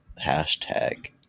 hashtag